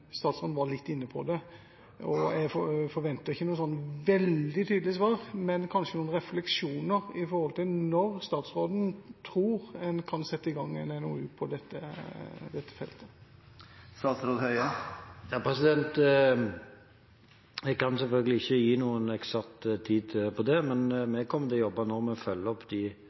statsråden går i den retning. Statsråden var litt inne på det, og jeg forventer ikke noe veldig tydelig svar, men kanskje noen refleksjoner med hensyn til når statsråden tror en kan sette i gang en NOU på dette feltet. Jeg kan selvfølgelig ikke gi noen eksakt tid for det, men